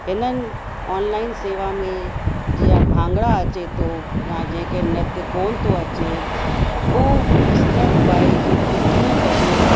हिननि ऑनलाइन सेवा में जीअं भांगड़ा अचे थो या जेके नृत्य कोन थो अचे हू स्टैप वाइस कि कीअं कजे